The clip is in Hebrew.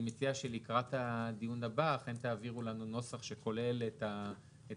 אני מציע שלקראת הדיון הבא אכן תעבירו לנו נוסח שכולל את השינויים,